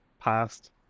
Past